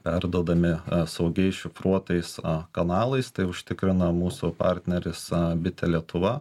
perduodami saugiais šifruotais kanalais tai užtikrina mūsų partneris bitė lietuva